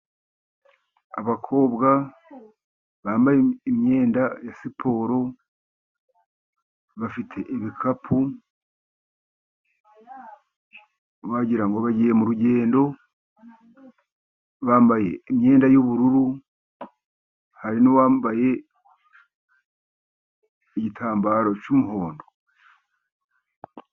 Abakobwa bambaye imyenda ya siporo，bafite ibikapu， wagira ngo bagiye mu rugendo，bambaye imyenda y'ubururu， hari n'uwambaye igitambaro cy'umuhondo.